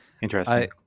Interesting